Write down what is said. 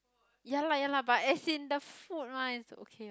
ya lah ya lah but as in the food lah is okay